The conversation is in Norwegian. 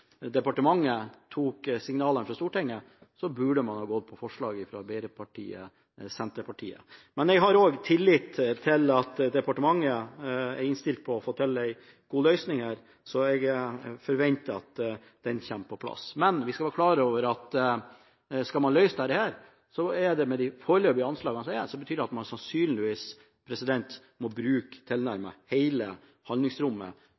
departementet tok signalene fra Stortinget, burde man ha gått for forslaget fra Arbeiderpartiet og Senterpartiet. Men jeg har også tillit til at departementet er innstilt på å få til en god løsning her, så jeg forventer at den kommer på plass. Men vi skal være klar over at skal man løse dette, betyr det – med de foreløpige anslagene som er – at man sannsynligvis må bruke tilnærmet hele handlingsrommet